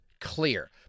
clear